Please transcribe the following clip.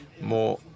more